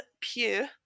Pew